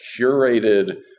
curated